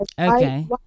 okay